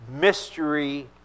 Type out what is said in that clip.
mystery